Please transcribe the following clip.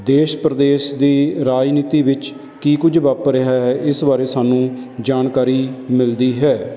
ਦੇਸ਼ ਪ੍ਰਦੇਸ਼ ਦੀ ਰਾਜਨੀਤੀ ਵਿੱਚ ਕੀ ਕੁਝ ਵਾਪਰ ਰਿਹਾ ਹੈ ਇਸ ਬਾਰੇ ਸਾਨੂੰ ਜਾਣਕਾਰੀ ਮਿਲਦੀ ਹੈ